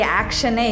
action